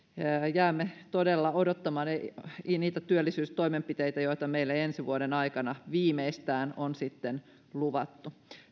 jäämme todella odottamaan niitä työllisyystoimenpiteitä joita meille ensi vuoden aikana viimeistään on sitten luvattu